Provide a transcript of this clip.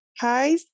Hi